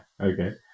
Okay